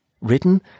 Written